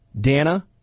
Dana